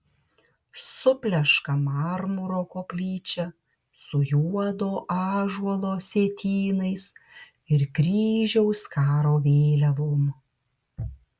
supleška marmuro koplyčia su juodo ąžuolo sietynais ir kryžiaus karo vėliavom